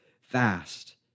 fast